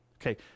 Okay